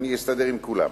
אני אסתדר עם כולם.